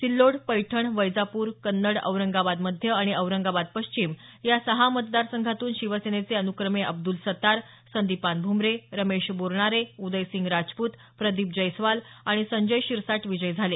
सिल्लोड पैठण वैजापूर कन्नड औरंगाबाद मध्य आणि औरंगाबाद पश्चिम या सहा मतदार संघातून शिवसेनेचे अनुक्रमे अब्दूल सत्तार संदीपान भुमरे रमेश बोरणारे उदयसिंग राजपूत प्रदीप जैस्वाल आणि संजय शिरसाट विजयी झाले